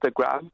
Instagram